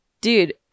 Dude